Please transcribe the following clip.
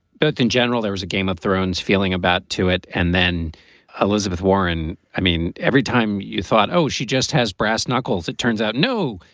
but in general, there was a game of thrones feeling about to it and then elizabeth warren, i mean, every time you thought, oh, she just has brass knuckles, it turns out no,